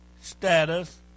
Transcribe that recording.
status